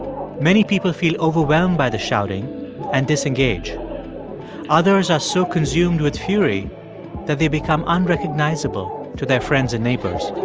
many people feel overwhelmed by the shouting and disengage others are so consumed with fury that they become unrecognizable to their friends and neighbors